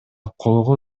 колго